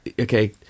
Okay